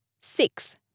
six